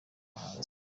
bahanzi